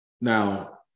Now